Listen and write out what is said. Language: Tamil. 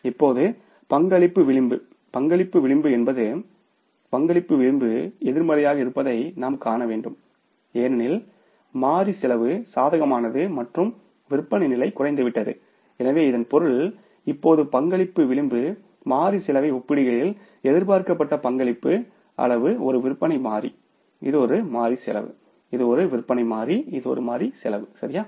இப்போது பங்களிப்பு விளிம்பு பங்களிப்பு விளிம்பு என்பது பங்களிப்பு விளிம்பு எதிர்மறையாக இருப்பதை நாம் காண வேண்டும் ஏனெனில் மாறி செலவு சாதகமானது மற்றும் விற்பனை நிலை குறைந்துவிட்டது எனவே இதன் பொருள் இப்போது பங்களிப்பு விளிம்பு மாறி செலவை ஒப்பிடுகையில் எதிர்பார்க்கப்பட்ட பங்களிப்பு அளவு ஒரு விற்பனை மாறி இது ஒரு மாறி செலவு இது ஒரு விற்பனை மாறி இது ஒரு மாறி செலவு சரியா